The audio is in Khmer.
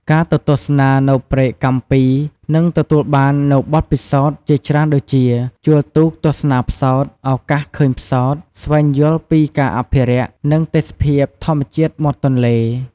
ការទៅទស្សនានៅព្រែកកាំពីនឹងទទួលបាននូវបទពិសោធន៍ជាច្រើនដូចជា ជួលទូកទស្សនាផ្សោត ឱកាសឃើញផ្សោត ស្វែងយល់ពីការអភិរក្ស នឹងទេសភាពធម្មជាតិមាត់ទន្លេ ។